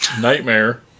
Nightmare